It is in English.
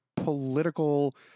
political